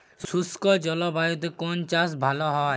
শুষ্ক জলবায়ুতে কোন চাষ ভালো হয়?